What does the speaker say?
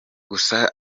gusa